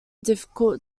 difficult